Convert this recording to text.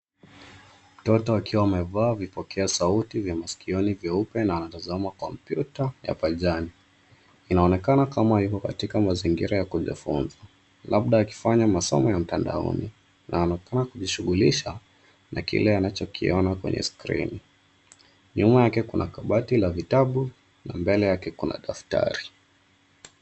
Mtoto akiwa amevaa vipokea sauti vya masikioni vyeupe na anatazama kompyuta ya pajani. Inaonekana kama yuko katika mazingira ya kujifunza labda akifanya masomo ya mtandaoni na anaonekana kujishughulisha na kile anachokiona kwenye skrini. Nyuma yake kuna kabati la vitabu na mbele yake kuna daftari.